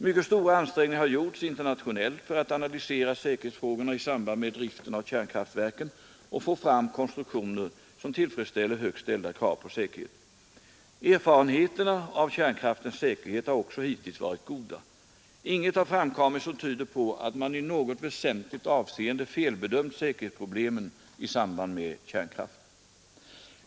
Mycket stora ansträngningar har gjorts internationellt för att analysera säkerhetsfrågorna i samband med driften av kärnkraftverken och få fram konstruktioner som tillfredsställer högt ställda krav på säkerhet. Erfarenheterna av kärnkraftens säkerhet har också hittills varit goda. Inget har framkommit som tyder på att man i något väsentligt avseende felbedömt säkerhetsproblemen i samband med kärnkraft.